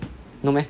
no meh